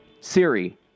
Siri